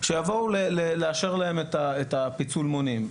שיבואו לאשר להם את הפיצול מונים.